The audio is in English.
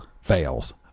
fails